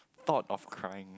thought of crying